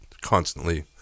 constantly